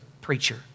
preacher